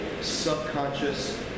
subconscious